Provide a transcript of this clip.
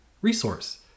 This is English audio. resource